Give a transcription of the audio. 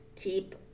keep